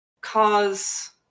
cause